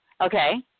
Okay